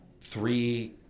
three